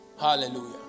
Hallelujah